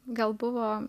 gal buvo